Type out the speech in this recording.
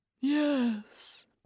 Yes